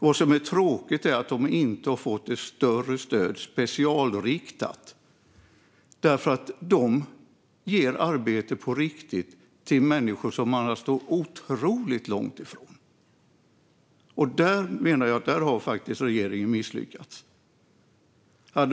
Vad som är tråkigt är att dessa företag inte har fått ett större specialriktat stöd. Dessa företag ger riktiga jobb till människor som annars skulle stå otroligt långt ifrån arbetsmarknaden. Där har regeringen misslyckats.